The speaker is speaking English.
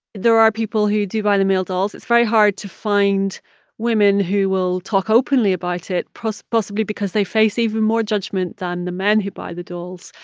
there are people who do buy the male dolls. it's very hard to find women who will talk openly about it, possibly because they face even more judgment than the men who buy the dolls.